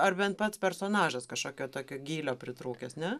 ar bent pats personažas kažkokio tokio gylio pritrūkęs ne